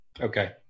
Okay